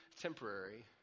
temporary